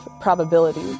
probability